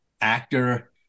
actor